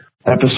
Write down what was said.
episode